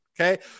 Okay